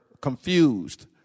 confused